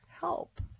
help